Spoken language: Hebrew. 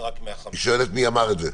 רק 150,000. היא שואלת מי אמר את זה?